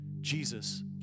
Jesus